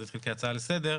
כי זאת הצעה לסדר,